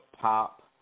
pop